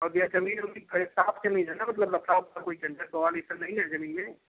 और भैया ज़मीन वमीन कहे साफ से मिले ना मतलब लफड़ा वफड़ा कोई टेन्सन बवाल यह सब नहीं ना है ज़मीन में